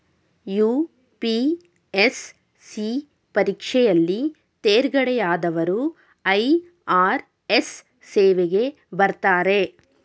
UPSC ಪರೀಕ್ಷೆಯಲ್ಲಿ ತೇರ್ಗಡೆಯಾದವರು IRS ಸೇವೆಗೆ ಬರ್ತಾರೆ